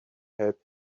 help